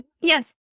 Yes